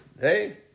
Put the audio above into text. hey